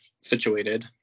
situated